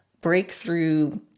breakthrough